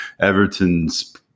Everton's